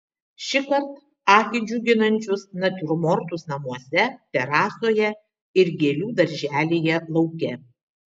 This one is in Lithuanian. šįkart akį džiuginančius natiurmortus namuose terasoje ir gėlių darželyje lauke